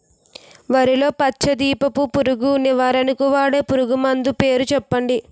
వరిలో పచ్చ దీపపు పురుగు నివారణకు వాడే పురుగుమందు పేరు చెప్పండి?